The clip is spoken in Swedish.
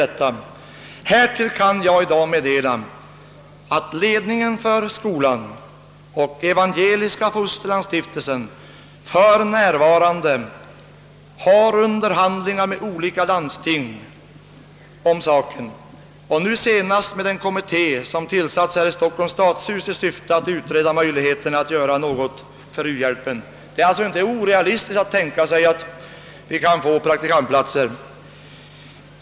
Jag kan då meddela att jag i dag erfarit, att ledningen för skolan och Evangeliska fosterlandsstiftelsen för närvarande för underhandlingar med olika landsting om denna sak och även med den kommitté som tillsatts av Stockholms stad i syfte att utreda möjligheterna att göra något för u-hjälpen. Det är alltså inte orealistiskt att tänka sig att vi kan få praktikantplatser.